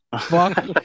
Fuck